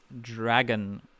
dragon